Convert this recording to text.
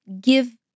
give